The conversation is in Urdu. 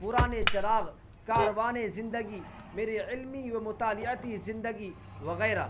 پرانے چراغ کاروانِ زندگی میری علمی و مطالعتی زندگی وغیرہ